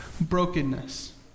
brokenness